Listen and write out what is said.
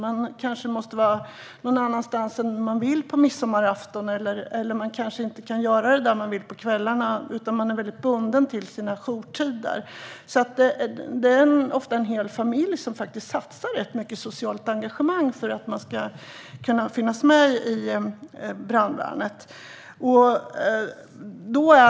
Man måste kanske vara någon annanstans än man vill på midsommarafton och kan inte kan göra vad man vill på kvällarna eftersom man är bunden av sina jourtider. Ofta satsar en hel familj rätt mycket socialt engagemang för att en familjemedlem ska kunna vara med i brandförsvaret.